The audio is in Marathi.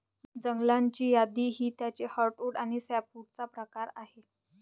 जंगलाची यादी ही त्याचे हर्टवुड आणि सॅपवुडचा प्रकार आहे